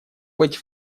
быть